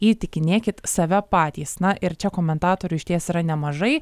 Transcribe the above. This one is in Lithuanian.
įtikinėkit save patys na ir čia komentatorių išties yra nemažai